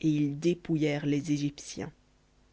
et ils dépouillèrent les égyptiens